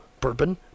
bourbon